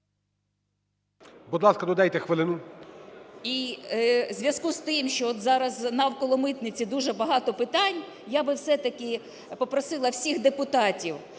Будь ласка, додайте хвилину. ЮЖАНІНА Н.П. …і у зв'язку з тим, що от зараз навколо митниці дуже багато питань, я би все-таки попросила всіх депутатів